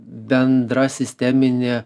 bendra sisteminė